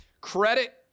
credit